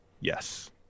Yes